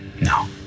No